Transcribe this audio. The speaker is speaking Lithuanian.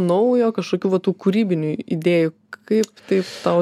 naujo kažkokių va tų kūrybinių idėjų kaip tai tau